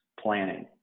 planning